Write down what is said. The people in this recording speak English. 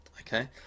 Okay